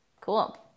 Cool